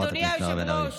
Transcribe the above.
אדוני היושב-ראש,